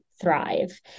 thrive